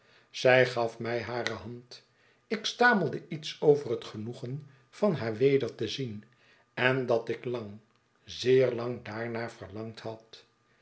zij gaf mij hare hand ik stamelde iets over het genoegen van haar weder te zien en dat ik lang zeer lang daarnaar verlangd had